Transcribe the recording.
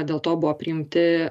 dėl to buvo priimti